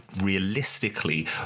realistically